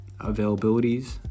availabilities